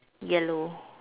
yellow